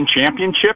championship